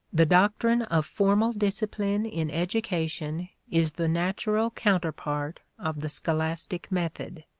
the doctrine of formal discipline in education is the natural counterpart of the scholastic method.